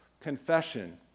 confession